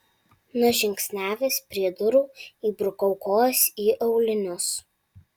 nužingsniavęs prie durų įbrukau kojas į aulinius